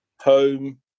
Home